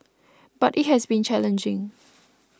but it has been challenging